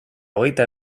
hogeita